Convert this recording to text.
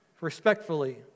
respectfully